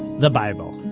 the bible!